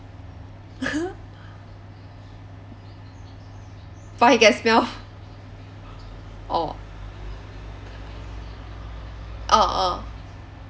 but he can smell orh orh orh